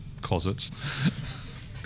closets